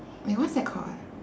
wait what's that called ah